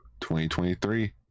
2023